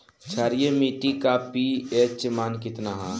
क्षारीय मीट्टी का पी.एच मान कितना ह?